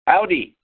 Audi